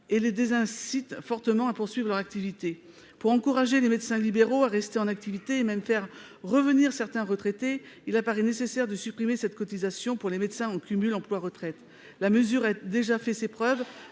forte désincitation à la poursuite de leur activité. Pour encourager les médecins libéraux à rester en activité et même faire revenir certains retraités, il paraît nécessaire de supprimer cette cotisation pour les médecins en cumul emploi-retraite. La mesure a déjà fait ses preuves